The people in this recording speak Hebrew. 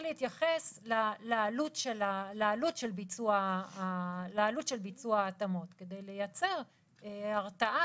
להתייחס לעלות של ביצוע ההתאמות כדי לייצר הרתעה